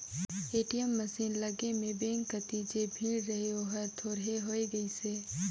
ATM मसीन लगे में बेंक कति जे भीड़ रहें ओहर थोरहें होय गईसे